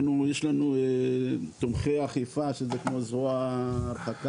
יש לנו תומכי אכיפה שזה כמו זרוע הרחבה,